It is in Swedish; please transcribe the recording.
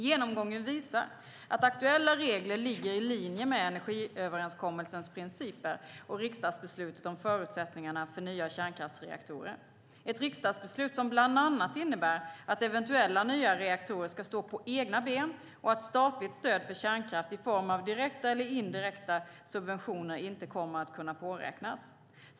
Genomgången visar att aktuella regler ligger i linje med energiöverenskommelsens principer och riksdagsbeslutet om förutsättningarna för nya kärnkraftsreaktorer, ett riksdagsbeslut som bland annat innebär att eventuella nya reaktorer ska stå på egna ben och att statligt stöd för kärnkraft, i form av direkta och indirekta subventioner, inte kommer att kunna påräknas.